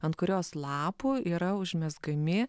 ant kurios lapų yra užmezgami